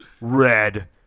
red